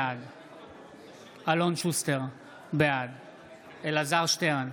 בעד אלון שוסטר, בעד אלעזר שטרן,